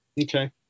Okay